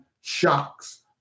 shocks